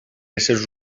éssers